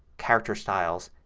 character styles,